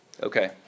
Okay